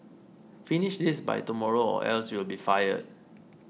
finish this by tomorrow or else you'll be fired